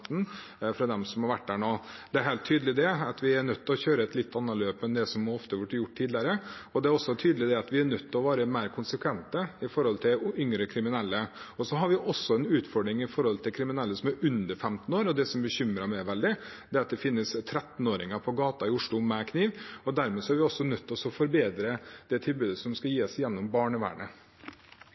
er helt tydelig at vi er nødt til å kjøre et litt annet løp enn det som ofte har blitt gjort tidligere, og det er også tydelig at vi er nødt til å være mer konsekvente med hensyn til yngre kriminelle. Vi har også en utfordring med kriminelle som er under 15 år. Det som bekymrer meg veldig, er at det finnes 13-åringer på gata i Oslo med kniv, og dermed er vi også nødt til å forbedre det tilbudet som skal gis gjennom barnevernet.